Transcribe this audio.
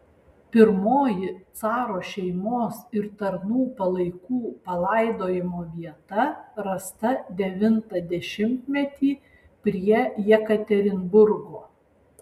pirmoji caro šeimos ir tarnų palaikų palaidojimo vieta rasta devintą dešimtmetį prie jekaterinburgo